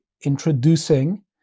introducing